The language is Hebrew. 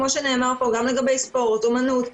כמו שנאמר פה גם לגבי ספורט ואומנות.